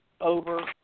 over